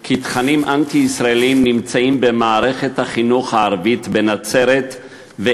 כי במערכת החינוך הערבית בנצרת קיימים תכנים אנטי-ישראליים,